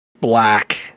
Black